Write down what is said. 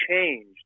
changed